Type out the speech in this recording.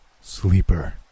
Sleeper